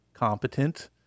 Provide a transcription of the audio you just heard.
Competent